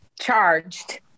charged